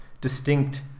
distinct